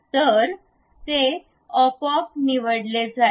तर ते आपोआप निवडले जाईल